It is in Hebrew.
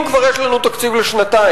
אם כבר יש לנו תקציב לשנתיים,